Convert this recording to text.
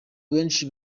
benshi